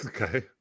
Okay